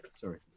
sorry